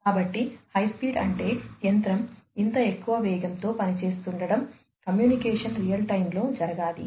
కాబట్టి high speed అంటే యంత్రం ఇంత ఎక్కువ వేగంతో పనిచేస్తుండటం కమ్యూనికేషన్ రియల్ టైమ్ లో జరగాలి